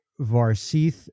Varsith